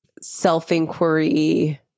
self-inquiry